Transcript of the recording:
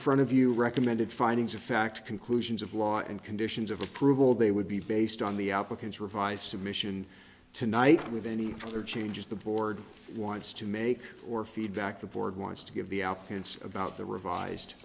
front of you recommended findings of fact conclusions of law and conditions of approval they would be based on the applicants revised submission tonight with any other changes the board wants to make or feedback the board wants to give the outputs about the revised